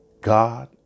God